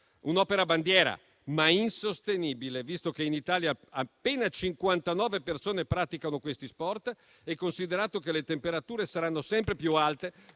Un'opera bandiera, ma insostenibile, visto che in Italia appena 59 persone praticano questo sport. Considerato inoltre che le temperature saranno sempre più alte